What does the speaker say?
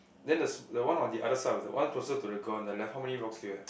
then thus the one on the other side of the one closer to the girl on the left how many rocks do you have